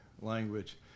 language